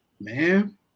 man